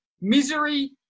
Misery